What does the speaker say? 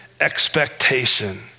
expectation